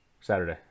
Saturday